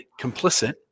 complicit